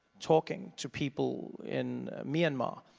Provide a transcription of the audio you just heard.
talking to people in myanmar.